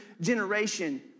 generation